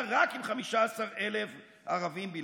כשבמפה מתוארות הערים,